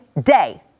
day